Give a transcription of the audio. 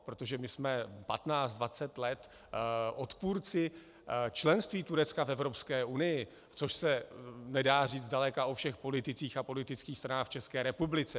Protože my jsme patnáct, dvacet let odpůrci členství Turecka v Evropské unii, což se nedá říct zdaleka o všech politicích a politických stranách v České republice.